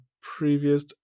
previous